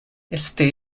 este